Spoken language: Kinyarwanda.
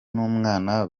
n’umwana